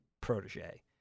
protege